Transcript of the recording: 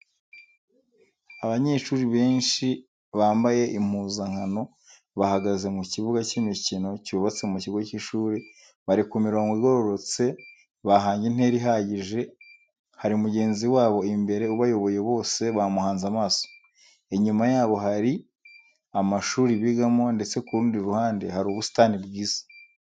Abanyeshuri benshi bambaye impuzankano bahagaze mu kibuga cy'imikino cyubatse mu kigo cy'ishuri, bari ku mirongo igororotse bahanye intera ihagije hari mugenzi wabo imbere ubayoboye bose bamuhanze amaso, inyuma yabo hari amashuri bigamo ndetse ku rundi ruhande hari ubusitani bwiza.